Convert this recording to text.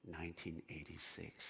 1986